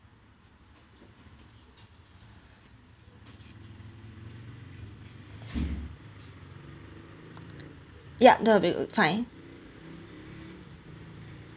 yup that will be fine